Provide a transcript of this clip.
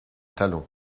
talon